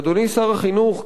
אדוני שר החינוך,